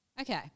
Okay